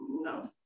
no